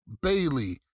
Bailey